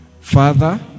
Father